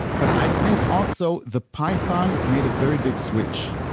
but i think also the python made a very big switch.